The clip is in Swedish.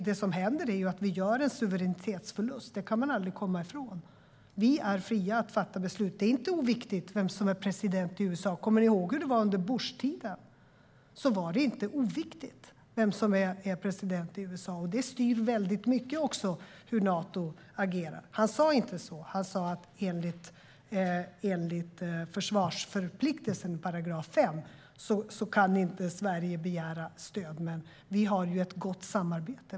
Det som händer är att vi gör en suveränitetsförlust. Det kan man aldrig komma ifrån. Vi är fria att fatta beslut. Det är inte oviktigt vem som är president i USA. Kommer ni ihåg hur det var under Bushtiden? Det var inte oviktigt vem som var president i USA då. Det styr väldigt mycket också hur Nato agerar. Han sa inte så. Han sa att Sverige enligt 5 § i försvarsförpliktelsen inte kan begära stöd, men vi har ett gott samarbete.